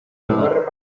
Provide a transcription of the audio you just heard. nadar